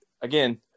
again